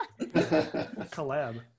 Collab